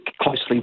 closely